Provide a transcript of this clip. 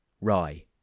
Rye